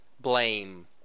blame